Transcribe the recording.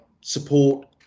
support